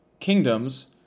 Kingdoms